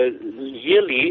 yearly